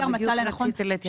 בדיוק רציתי להתייחס לזה.